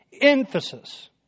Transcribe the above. emphasis